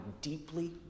deeply